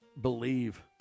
believe